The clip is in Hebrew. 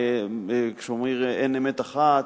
כשאומרים: אין אמת אחת,